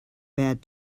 bad